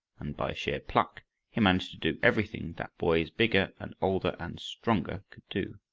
and by sheer pluck he managed to do everything that boys bigger and older and stronger could do.